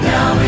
Now